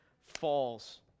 falls